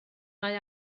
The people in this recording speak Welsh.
mae